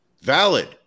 valid